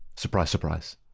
surprise surprise.